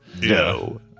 No